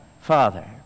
Father